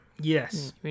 yes